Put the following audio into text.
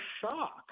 shock